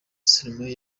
stromae